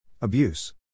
Abuse